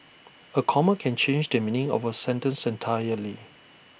A comma can change the meaning of A sentence entirely